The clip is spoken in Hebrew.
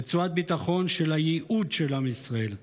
רצועת ביטחון של הייעוד של עם ישראל,